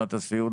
בגמלת הסיעוד,